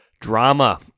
Drama